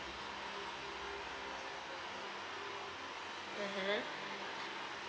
mmhmm